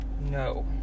No